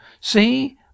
See